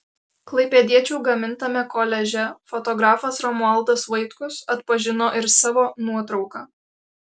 klaipėdiečių gamintame koliaže fotografas romualdas vaitkus atpažino ir savo nuotrauką